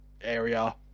area